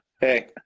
hey